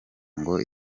ngo